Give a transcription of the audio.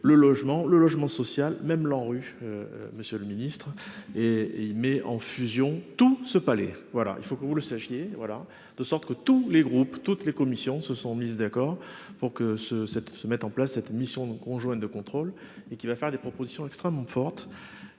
le logement, le logement social, même l'ANRU, monsieur le Ministre et et il met en fusion tout ce palais, voilà, il faut que vous le sachiez, voilà, de sorte que tous les groupes, toutes les commissions se sont mises d'accord pour que ce cette se mettent en place cette mission conjointe de contrôle et qui va faire des propositions extrêmement forte